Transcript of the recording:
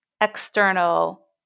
external